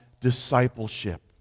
discipleship